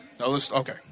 Okay